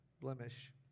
blemish